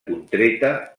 contreta